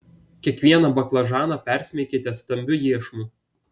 kiekvieną baklažaną persmeikite stambiu iešmu